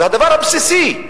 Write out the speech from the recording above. והדבר הבסיסי,